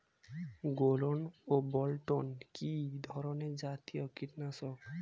গোলন ও বলটন কি ধরনে জাতীয় কীটনাশক?